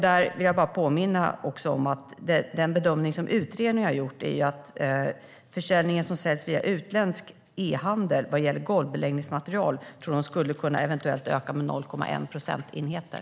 Där vill jag bara påminna om att den bedömning som utredningen har gjort är att försäljningen via utländsk e-handel när det gäller golvbeläggningsmaterial eventuellt skulle öka med 0,1 procentenheter.